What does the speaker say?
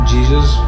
Jesus